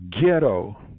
ghetto